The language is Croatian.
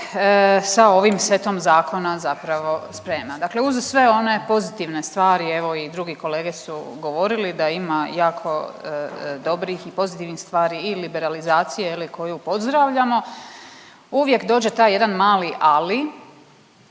sa ovim setom zakona zapravo sprema. Dakle, uz sve one pozitivne stvari evo i drugi kolege su govorili da ima jako dobrih i pozitivnih stvari i liberalizacije koju pozdravljamo, uvijek dođe taj jedan mali ali